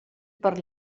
per